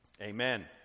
Amen